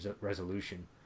resolution